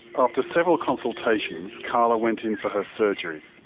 after several consultations, carla went in for her surgery.